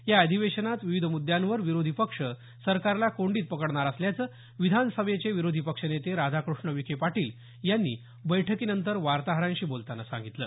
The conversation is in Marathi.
या अधिवेशनात विविध मुद्यांवर विरोधी पक्ष सरकारला कोंडीत पकडणार असल्याचं विधानसभेचे विरोधी पक्षनेते राधाकृष्ण विखे पाटील यांनी बैठकीनंतर वार्ताहरांशी बोलताना सांगितलं